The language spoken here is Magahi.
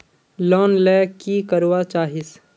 लोन ले की करवा चाहीस?